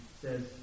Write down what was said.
says